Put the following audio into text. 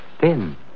thin